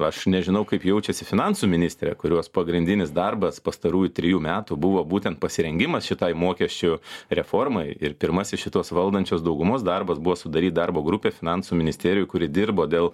aš nežinau kaip jaučiasi finansų ministrė kurios pagrindinis darbas pastarųjų trejų metų buvo būtent pasirengimas šitai mokesčių reformai ir pirmasis šitos valdančios daugumos darbas buvo sudaryt darbo grupę finansų ministerijoj kuri dirbo dėl